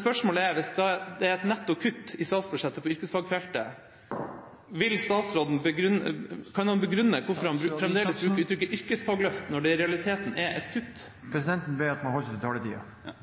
Spørsmålet er: Hvis det er et netto kutt i statsbudsjettet på yrkesfagfeltet , kan statsråden begrunne hvorfor han fremdeles bruker uttrykket «yrkesfagløft» når det i realiteten er et kutt? Presidenten ber om at man overholder taletiden.